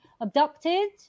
abducted